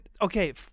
Okay